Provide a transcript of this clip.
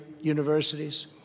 universities